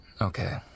Okay